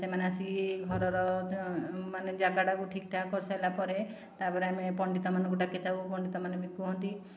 ସେମାନେ ଆସି ଘରର ମାନେ ଜାଗାଟାକୁ ଠିକ୍ ଠାକ୍ କରିସାରିଲା ପରେ ତା'ପରେ ଆମେ ପଣ୍ଡିତମାନଙ୍କୁ ଡାକିଥାଉ ପଣ୍ଡିତମାନେ ବି କହନ୍ତି